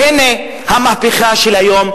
והנה המהפכה של היום,